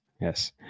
yes